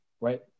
right